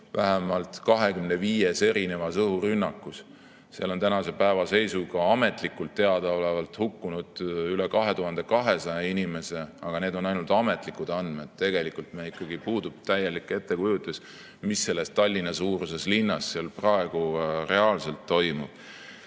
vähemalt 25 õhurünnakuga. Seal on tänase päeva seisuga ametlikult teadaolevalt hukkunud üle 2200 inimese, aga need on ainult ametlikud andmed. Tegelikult meil puudub täielik ettekujutus, mis selles Tallinna-suuruses linnas praegu reaalselt toimub.